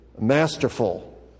masterful